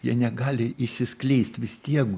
jie negali išsiskleist vis tiek